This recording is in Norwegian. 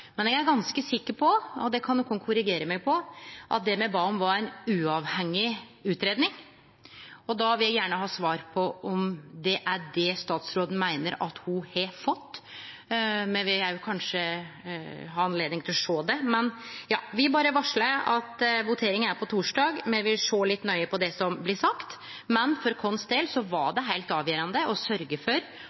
men eg er ganske sikker på – og det kan nokon korrigere meg på – at det me bad om, var ei uavhengig utgreiing. Då vil eg gjerne ha svar på om det er det statsråden meiner at ho har fått. Me vil kanskje òg ha anledning til å sjå det. Eg vil berre varsle at voteringa er på torsdag. Me vil sjå litt nøye på det som blir sagt, men for vår del var det heilt avgjerande å sørgje for